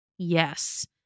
Yes